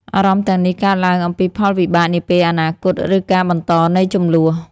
អារម្មណ៍ទាំងនេះកើតឡើងអំពីផលវិបាកនាពេលអនាគត ឬការបន្តនៃជម្លោះ។